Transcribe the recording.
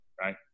right